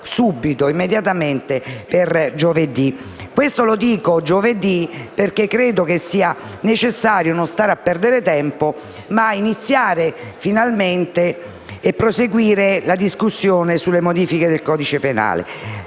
mozione, immediatamente, per giovedì prossimo, perché credo che sia necessario non stare a perdere tempo ed iniziare finalmente e proseguire la discussione sulle modifiche del codice penale.